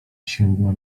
dosięgła